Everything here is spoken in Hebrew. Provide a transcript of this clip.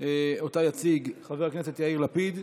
אותה יציג חבר הכנסת יאיר לפיד.